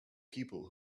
people